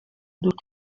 durch